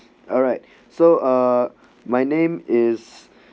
alright so uh my name is